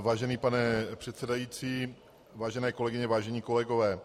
Vážený pane předsedající, vážené kolegyně, vážení kolegové.